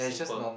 simple